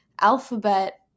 Alphabet